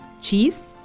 cheese